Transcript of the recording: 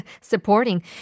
supporting